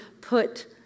put